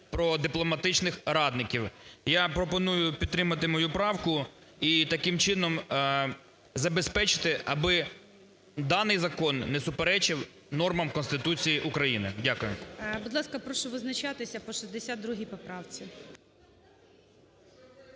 про дипломатичних радників. Я пропоную підтримати мою правку і таким чином забезпечити, аби даний закон не суперечив нормам Конституції України. Дякую. ГОЛОВУЮЧИЙ. Будь ласка, прошу визначатися по 62 поправці.